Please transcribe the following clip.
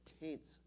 taints